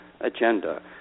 agenda